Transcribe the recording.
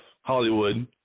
Hollywood